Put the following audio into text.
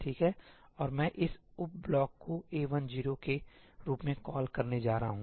और मैं इस उप ब्लॉक को A10 के रूप में कॉल करने जा रहा हूं